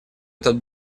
этот